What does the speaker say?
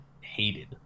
hated